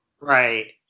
Right